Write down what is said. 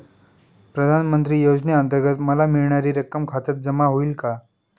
प्रधानमंत्री योजनेअंतर्गत मला मिळणारी रक्कम खात्यात जमा होईल का?